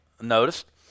noticed